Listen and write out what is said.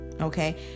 Okay